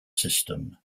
system